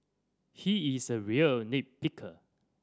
he is a real nit picker